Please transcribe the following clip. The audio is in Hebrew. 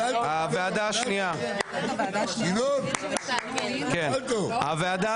מצביעים על הוועדה